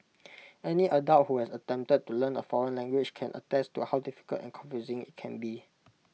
any adult who has attempted to learn A foreign language can attest to how difficult and confusing IT can be